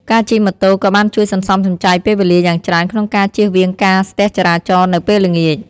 ការជិះម៉ូតូក៏បានជួយសន្សំសំចៃពេលវេលាយ៉ាងច្រើនក្នុងការជៀសវាងការស្ទះចរាចរណ៍នៅពេលល្ងាច។